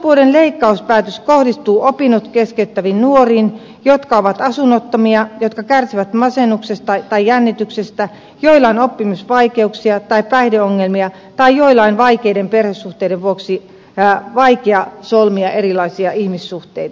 hallituspuolueiden leikkauspäätös kohdistuu opinnot keskeyttäviin nuoriin jotka ovat asunnottomia jotka kärsivät masennuksesta tai jännityksestä joilla on oppimisvaikeuksia tai päihdeongelmia tai joilla on vaikeiden perhesuhteiden vuoksi vaikeuksia solmia erilaisia ihmissuhteita